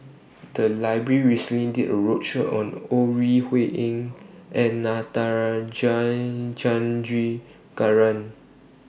The Library recently did A roadshow on Ore Huiying and Natarajan Chandrasekaran